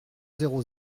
zéro